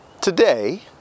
today